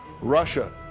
Russia